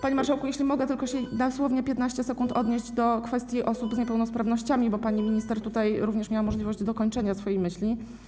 Panie marszałku, jeśli tylko mogę dosłownie w 15 sekund odnieść się do kwestii osób z niepełnosprawnościami, bo pani minister również miała możliwość dokończenia swojej myśli.